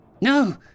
No